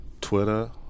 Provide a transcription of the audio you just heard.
Twitter